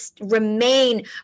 remain